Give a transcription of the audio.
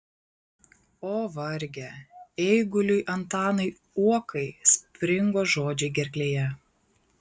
o varge eiguliui antanui uokai springo žodžiai gerklėje